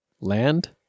land